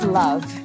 love